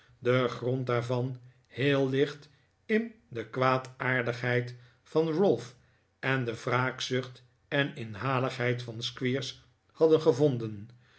den grond daarvan heel licht in de kwaadaardigheid van ralph en de wraakzucht en inhaligheid van squeers hadden gevonden